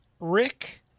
Rick